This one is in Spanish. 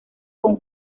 con